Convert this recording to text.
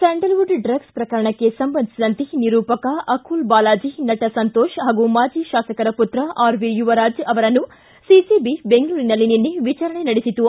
Scandalwood drugs ಪ್ರಕರಣಕ್ಕೆ ಸಂಬಂಧಿಸಿದಂತೆ ನಿರೂಪಕ ಅಕುಲ್ ಬಾಲಾಜಿ ನಟ ಸಂತೋಷ್ ಪಾಗೂ ಮಾಜಿ ಶಾಸಕರ ಪುತ್ರ ಆರ್ ವಿ ಯುವರಾಜ್ ಅವರನ್ನು ಸಿಸಿಬಿ ಬೆಂಗಳೂರಿನಲ್ಲಿ ನಿನ್ನೆ ವಿಚಾರಣೆ ನಡೆಸಿತು